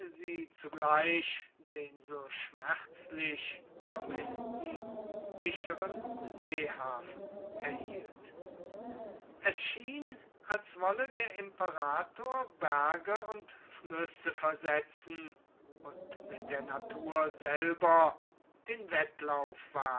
sie zugleich den so schmerzlich vermißten sicheren seehafen erhielt es schien als wolle der imperator berge und flüsse versetzen und mit der natur selber den wettlauf wagen